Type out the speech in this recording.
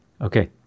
okay